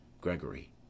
Gregory